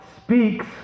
speaks